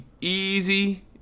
easy